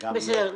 וגם -- בסדר,